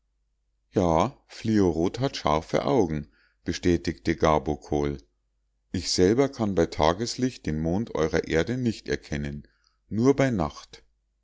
ja fliorot hat scharfe augen bestätigte gabokol ich selber kann bei tageslicht den mond eurer erde nicht erkennen nur bei nacht